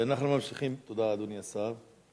תודה, אדוני השר.